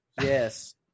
Yes